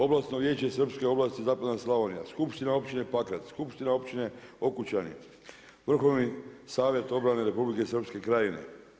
Oblasno vijeće srpske oblasti Zapadna Slavonija, Skupština Općine Pakrac, Skupština Općine Okučani, Vrhovni savjet obrane Republike Srpske krajine.